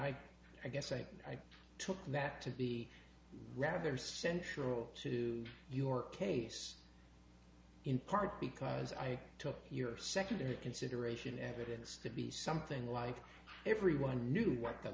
i i guess i took that to be rather central to your case in part because i took your secondary consideration evidence to be something like everyone knew what the